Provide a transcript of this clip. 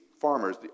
farmers